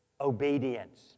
Obedience